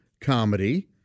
comedy